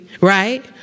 right